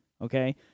okay